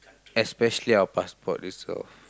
especially our passport also